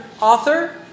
author